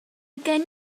gen